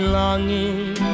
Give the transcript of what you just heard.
longing